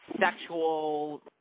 sexual